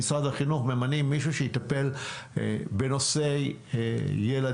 במשרד החינוך ממנים מישהו שיטפל בנושאי ילדים.